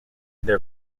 their